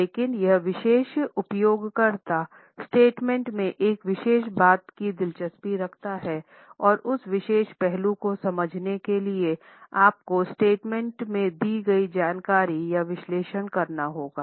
लेकिन एक विशेष उपयोगकर्ता स्टेटमेंट में एक विशेष बात में दिलचस्पी रखता है और उस विशेष पहलू को समझने के लिए आपको स्टेटमेंट में दी गई जानकारी का विश्लेषण करना होगा